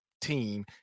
team